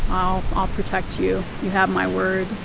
i'll ah protect you, you have my word.